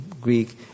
Greek